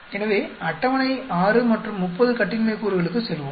எனவே அட்டவணை 6 மற்றும் 30 கட்டின்மை கூறுகளுக்கு செல்வோம்